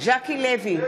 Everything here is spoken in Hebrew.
ז'קי לוי,